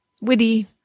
witty